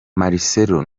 marcelo